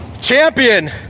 champion